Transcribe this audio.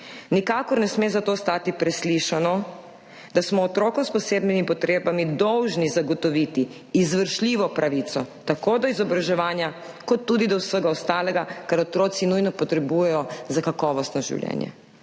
nikakor ne sme ostati preslišano, da smo otrokom s posebnimi potrebami dolžni zagotoviti izvršljivo pravico tako do izobraževanja kot tudi do vsega ostalega, kar otroci nujno potrebujejo za kakovostno življenje.